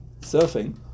surfing